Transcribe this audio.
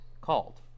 called